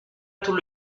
tout